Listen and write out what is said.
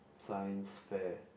science fair